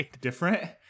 different